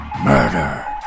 Murder